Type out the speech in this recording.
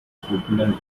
popular